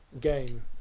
game